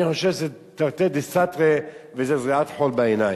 אני חושב שזה תרתי דסתרי, וזו זריית חול בעיניים.